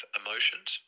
emotions